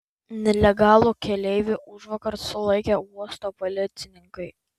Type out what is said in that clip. nelegalų keleivį užvakar sulaikė uosto policininkai